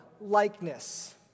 likeness